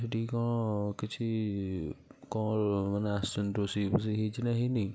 ସେଇଠି କ'ଣ କିଛି କ'ଣ ମାନେ ଆସିଛନ୍ତି ରୋଷେଇ ଫୋଷେଇ ହେଇଛି ନା ହେଇନି